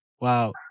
Wow